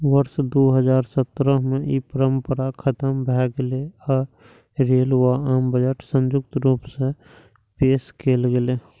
वर्ष दू हजार सत्रह मे ई परंपरा खतम भए गेलै आ रेल व आम बजट संयुक्त रूप सं पेश कैल गेलै